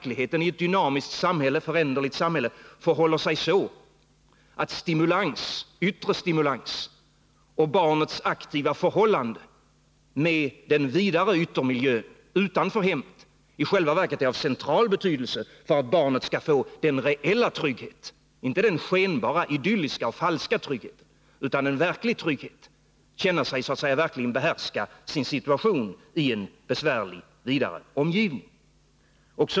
I ett dynamiskt samhälle förhåller det sig i verkligheten så att yttre stimulans och barnets aktiva förhållande till den vidare yttermiljön, utanför hemmet, är av central betydelse för att barnet skall få en reell trygghet — inte en skenbar, idyllisk och falsk trygghet — och känna sig behärska sin situation i en besvärlig vidare omgivning.